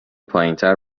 پایینتر